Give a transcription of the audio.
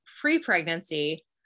pre-pregnancy